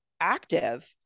active